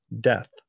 death